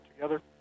together